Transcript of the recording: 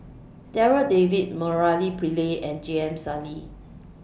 Darryl David Murali Pillai and J M Sali